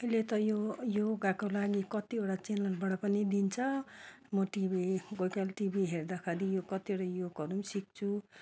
अहिले त यो योगाको लागि कतिवटा च्यानलबाट पनि दिन्छ म टिभी कोही कोही बेला टिभी हेर्दाखेरि यो कतिवटा योगहरू सिक्छु